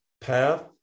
path